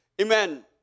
Amen